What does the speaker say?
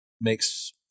makes